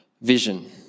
vision